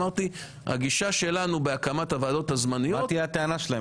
אמרתי שהגישה שלנו בהקמת הוועדות הזמניות --- מה תהיה הטענה שלהם?